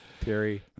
Terry